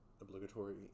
obligatory